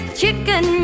chicken